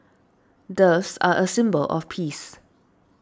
doves are a symbol of peace